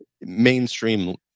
mainstream